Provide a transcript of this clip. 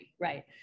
right